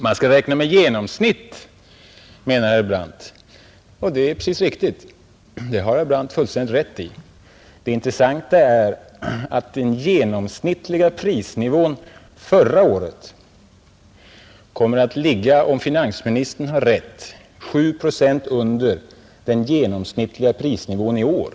Man skall räkna med genomsnittet, sade herr Brandt. Ja, det har herr Brandt fullständigt rätt i. Men det intressanta är, att om finansministern har rätt låg den genomsnittliga prisnivån förra året 7 procent under den genomsnittliga prisnivå vi får i år.